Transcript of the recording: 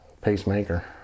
Pacemaker